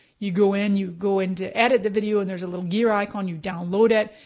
you go in, you go in to edit the video, and there's a little gear icon. you download it,